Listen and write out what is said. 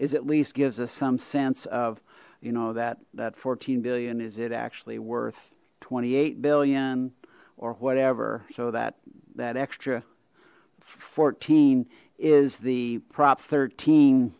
is at least gives us some sense of you know that that fourteen billion is it actually worth twenty eight billion or whatever so that that extra fourteen is the prop thirteen